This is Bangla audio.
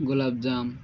গোলাপ জাম